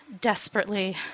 Desperately